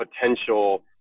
potential